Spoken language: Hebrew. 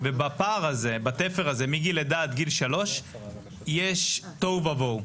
ובפער הזה מגיל לידה עד גיל 3 יש תוהו ובוהו.